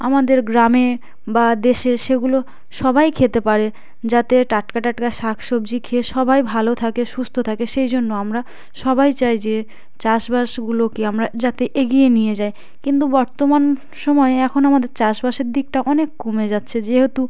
আমাদের গ্রামে বা দেশে সেগুলো সবাই খেতে পারে যাতে টাটকা টাটকা শাক সবজি খেয়ে সবাই ভালো থাকে সুস্থ থাকে সেই জন্য আমরা সবাই চাই যে চাষবাসগুলোকে আমরা যাতে এগিয়ে নিয়ে যাই কিন্তু বর্তমান সময়ে এখন আমাদের চাষবাসের দিকটা অনেক কমে যাচ্ছে যেহেতু